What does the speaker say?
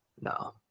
No